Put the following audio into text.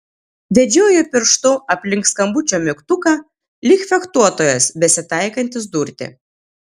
vedžioja pirštu aplink skambučio mygtuką lyg fechtuotojas besitaikantis durti